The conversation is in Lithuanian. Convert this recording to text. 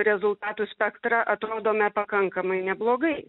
rezultatų spektrą atrodome pakankamai neblogai